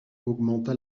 augmenta